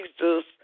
Jesus